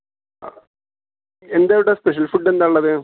ആ എന്താ ഇവിടെ സ്പെഷ്യൽ ഫുഡ്ഡെന്താള്ളത്